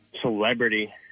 celebrity